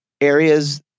areas